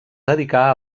dedicà